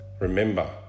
Remember